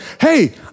hey